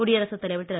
குடியரசு தலைவர் திரு